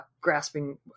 grasping